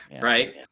right